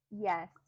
Yes